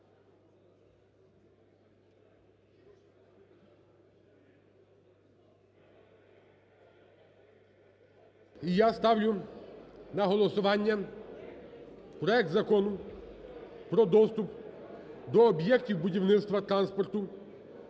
я ставлю на голосування проект Закону про доступ до об'єктів будівництва транспорту,